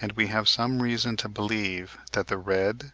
and we have some reason to believe that the red,